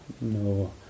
no